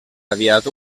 aviat